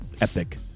epic